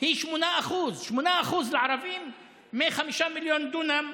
היא 8% 8% לערבים מ-5 מיליון דונם,